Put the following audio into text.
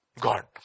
God